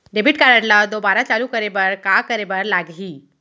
Debit card ला दोबारा चालू करे बर का करे बर लागही?